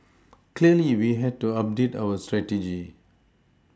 clearly we had to update our strategy